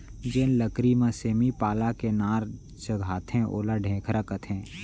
जेन लकरी म सेमी पाला के नार चघाथें ओला ढेखरा कथें